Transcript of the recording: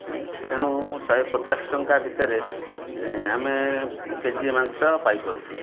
ତେଣୁ ଶହେ ପଚାଶ ଟଙ୍କା ଭିତରେ ଆମେ କେଜିଏ ମାଂସ ପାଇପାରୁଛୁ